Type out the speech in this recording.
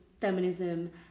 feminism